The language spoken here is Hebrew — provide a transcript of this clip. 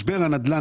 משבר הנדל"ן,